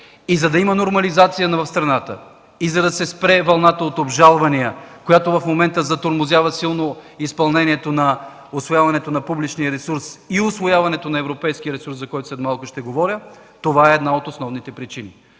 За да има нормализация в страната и за да се спре вълната от обжалвания, която в момента затормозява силно изпълнението на усвояването на публичния ресурс и усвояването на европейския ресурс, за който след малко ще говоря, това е една от основните причини.